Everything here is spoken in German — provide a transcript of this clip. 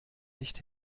nicht